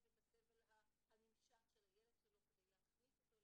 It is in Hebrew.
ואת הסבל הנמשך של הילד שלו כדי להכניס אותו,